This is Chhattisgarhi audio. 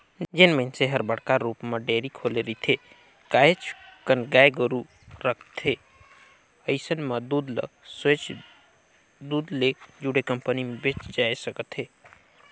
जेन मइनसे हर बड़का रुप म डेयरी खोले रिथे, काहेच कन गाय गोरु रखथे अइसन मन दूद ल सोयझ दूद ले जुड़े कंपनी में बेचल जाय सकथे